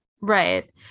Right